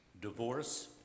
divorce